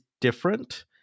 different